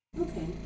Okay